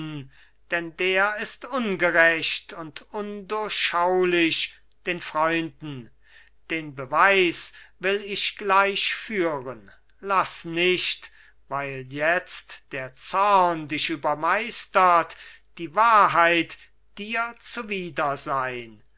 denn der ist ungerecht und undurchschaulich den freunden den beweis will ich gleich führen laß nicht weil jetzt der zorn dich übermeistert die wahrheit dir zuwider sein